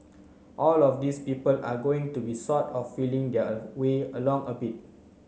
all of these people are going to be sort of feeling their way along a bit